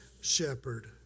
shepherd